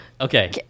okay